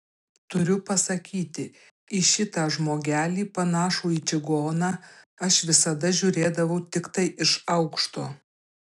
turiu pasakyti į šitą žmogelį panašų į čigoną aš visada žiūrėdavau tiktai iš aukšto